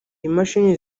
imashini